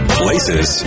places